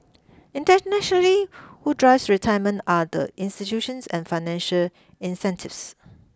internationally who drives retirement are the institutions and financial incentives